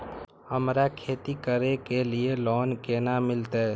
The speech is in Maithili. हमरा खेती करे के लिए लोन केना मिलते?